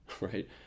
right